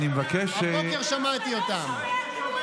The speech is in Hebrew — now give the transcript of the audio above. הבוקר שמעתי אותם.